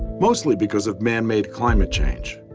mostly because of manmade climate change.